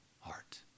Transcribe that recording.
heart